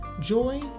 Joy